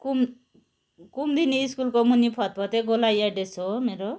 कुम कुमुदिनी स्कुलको मुनि फतफते गोलाइ एड्रेस हो मेरो